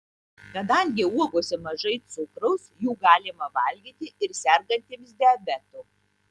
kadangi uogose mažai cukraus jų galima valgyti ir sergantiems diabetu